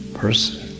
person